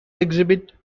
exhibit